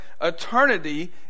eternity